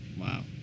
Wow